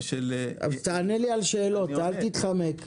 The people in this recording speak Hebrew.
תענה לי על השאלות, אל תתחמק.